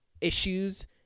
issues